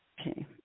Okay